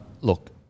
look